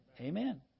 Amen